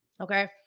Okay